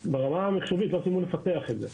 ברמה המחשובית את החלק הזה עוד לא סיימו לפתח את זה.